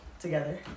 together